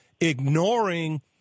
ignoring